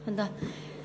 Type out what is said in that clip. תודה.